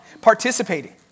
participating